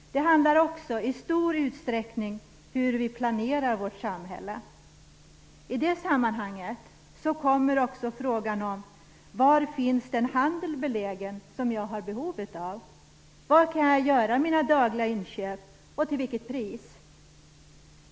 Det handlar också i stor utsträckning om hur vi planerar vårt samhälle. I det sammanhanget kommer också frågan om var den handel finns belägen som jag har behov av. Var kan jag göra mina dagliga inköp och till vilket pris?